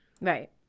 Right